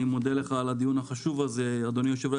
אני מודה לך על הדיון החשוב הזה אדוני היושב-ראש,